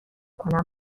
کنم